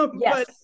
yes